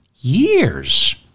years